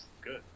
good